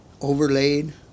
overlaid